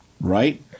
right